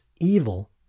evil